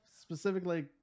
specifically